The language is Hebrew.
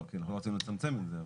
לא, כי אנחנו לא רוצים לצמצם את זה.